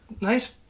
nice